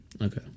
Okay